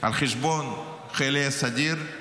על חשבון חיילי הסדיר,